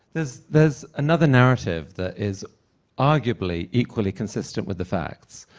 there's there's another narrative that is arguably equally consistent with the facts,